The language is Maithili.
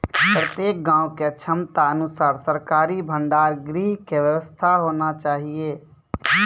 प्रत्येक गाँव के क्षमता अनुसार सरकारी भंडार गृह के व्यवस्था होना चाहिए?